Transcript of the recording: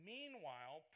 Meanwhile